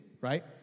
right